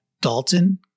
Dalton